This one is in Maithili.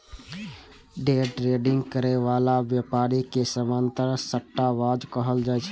डे ट्रेडिंग करै बला व्यापारी के सामान्यतः सट्टाबाज कहल जाइ छै